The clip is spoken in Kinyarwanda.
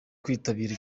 kwitabira